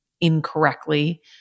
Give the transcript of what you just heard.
incorrectly